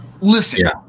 listen